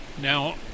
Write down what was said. Now